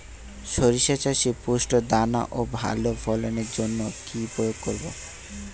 শরিষা চাষে পুষ্ট দানা ও ভালো ফলনের জন্য কি প্রয়োগ করব?